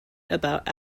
about